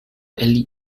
elli